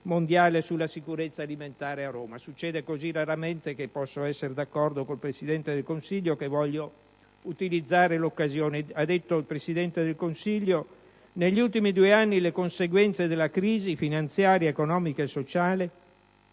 mondiale sulla sicurezza alimentare a Roma. Succede così raramente che posso essere d'accordo con il Presidente del Consiglio che voglio utilizzare l'occasione. Ha detto il Presidente del Consiglio: «Negli ultimi due anni le conseguenze della crisi (finanziaria, economica e sociale)